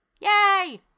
Yay